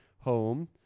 home